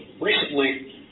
Recently